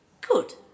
good